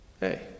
hey